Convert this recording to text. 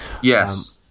Yes